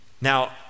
Now